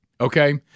Okay